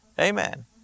Amen